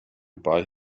buy